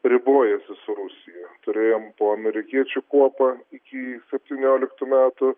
ribojasi su rusija turėjom po amerikiečių kuopą iki septynioliktų metų